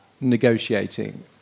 negotiating